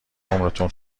عمرتون